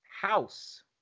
House